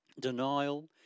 denial